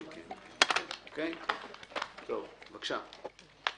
טוב, בבקשה,